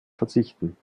verzichten